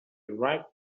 write